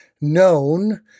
known